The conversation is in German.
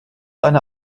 eine